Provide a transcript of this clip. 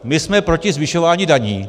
My jsme proti zvyšování daní.